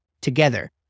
together